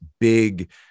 big